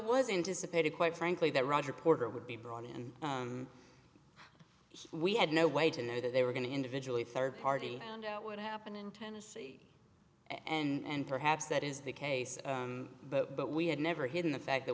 wasn't dissipated quite frankly that roger porter would be brought in and he we had no way to know that they were going to individually third party and what happened in tennessee and perhaps that is the case but but we have never hidden the fact that